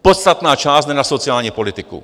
Podstatná část jde na sociální politiku.